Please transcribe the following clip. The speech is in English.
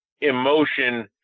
emotion